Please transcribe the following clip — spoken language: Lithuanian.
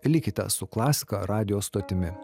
likite su klasika radijo stotimi